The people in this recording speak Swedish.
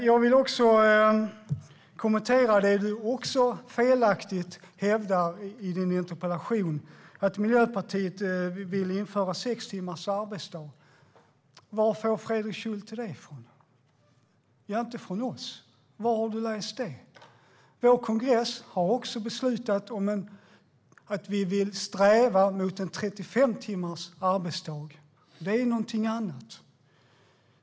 Jag vill även kommentera det du också felaktigt hävdar i din interpellation om att Miljöpartiet vill införa sex timmars arbetsdag. Var får Fredrik Schulte det ifrån? Det är inte från oss. Var har du läst det? Vår kongress har beslutat att vi vill sträva mot en 35-timmars arbetsvecka, men det är någonting annat.